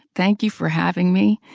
thank you for having me,